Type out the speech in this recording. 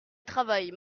travaille